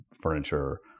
furniture